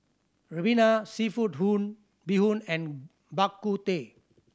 ribena seafood hoon bee hoon and Bak Kut Teh